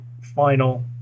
final